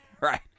Right